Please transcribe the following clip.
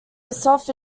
herself